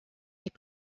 est